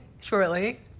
Shortly